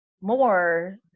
more